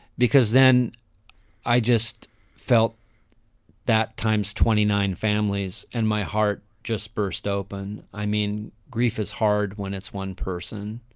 because then i just felt that times twenty nine families and my heart just burst open. i mean, grief is hard when it's one person,